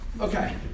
okay